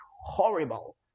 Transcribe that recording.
horrible